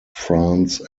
france